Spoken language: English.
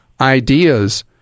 ideas